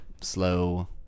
slow